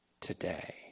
today